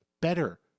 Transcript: Better